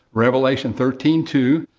revelation thirteen two,